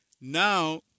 Now